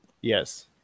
yes